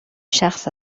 شخص